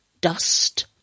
Dust